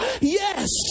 yes